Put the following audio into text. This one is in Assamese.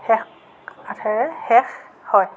শেষ আঠেৰে শেষ হয়